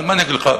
מה אני אגיד לך?